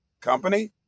company